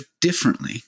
differently